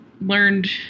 learned